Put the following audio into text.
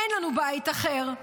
אין לנו בית אחר.